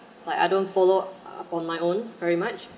like I don't follow on my own very much